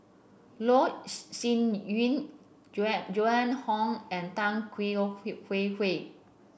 Loh Sin Yun Jue Joan Hon and Tan Kwee Hwee Hwee